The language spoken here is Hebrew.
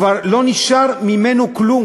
כבר לא נשאר ממנו כלום,